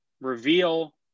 reveal